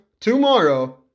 tomorrow